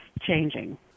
changing